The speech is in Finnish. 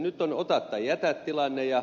nyt on ota tai jätä tilanne